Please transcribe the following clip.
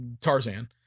Tarzan